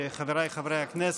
חבריי חברי הכנסת,